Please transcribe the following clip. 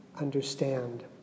understand